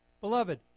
Beloved